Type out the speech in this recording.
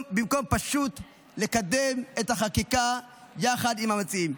במקום פשוט לקדם את החקיקה יחד עם המציעים.